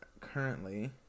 currently